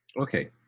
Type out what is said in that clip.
okay